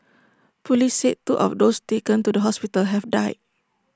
Police said two of those taken to the hospital have died